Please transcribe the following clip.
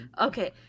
Okay